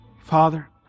Father